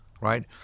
right